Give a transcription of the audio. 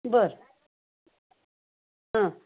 बर हं